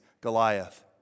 Goliath